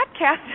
podcast